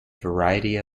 variety